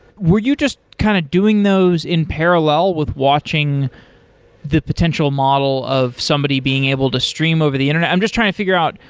were you just kind of doing those in parallel with watching the potential model of somebody being able to stream over the internet? i'm just trying to figure out,